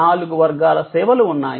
నాలుగు వర్గాల సేవలు ఉన్నాయి